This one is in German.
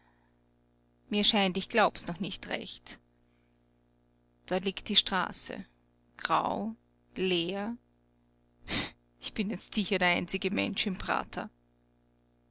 mir scheint ich glaub's noch nicht recht da liegt die straße grau leer ich bin jetzt sicher der einzige mensch im prater